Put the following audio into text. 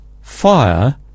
fire